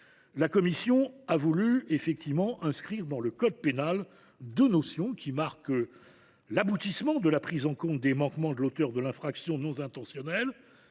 la commission a voulu inscrire dans le code pénal deux notions qui marquent l’aboutissement de la prise en compte des manquements de l’auteur de l’infraction non intentionnelle